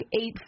eight